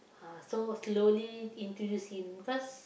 ah so slowly introduce him cause